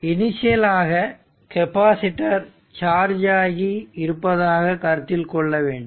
initial ஆக capacitor charge ஆகி இருப்பதாக கருத்தில் கொள்ள வேண்டும்